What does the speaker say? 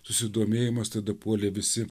susidomėjimas tada puolė visi